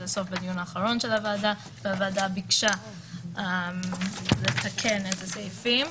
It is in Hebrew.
הסוף בדיון האחרון של הוועדה והוועדה ביקשה לתקן את הסעיפים.